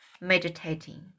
meditating